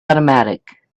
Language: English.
automatic